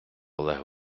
олег